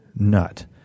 nut